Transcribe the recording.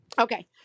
Okay